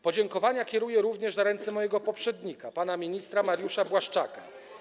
Podziękowania składam również na ręce mojego poprzednika pana ministra Mariusza Błaszczaka.